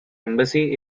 embassy